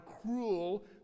cruel